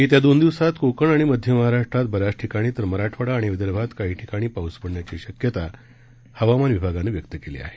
येत्या दोन दिवसात कोकण आणि मध्य महाराष्ट्रात बऱ्याच ठिकाणी तर मराठवाडा आणि विदर्भात काही ठिकाणी पाऊस पडण्याची शक्यता हवामान विभागानं व्यक्त केली आहे